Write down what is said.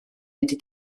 into